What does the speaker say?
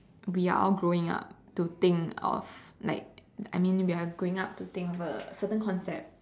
we are all growing up to think of like I mean we are growing up to think of a certain concept